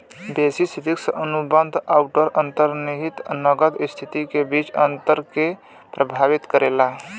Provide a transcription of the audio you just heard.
basis risk अनुबंध आउर अंतर्निहित नकद स्थिति के बीच अंतर के प्रभावित करला